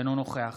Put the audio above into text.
אינו נוכח